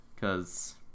Cause